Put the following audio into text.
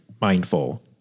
mindful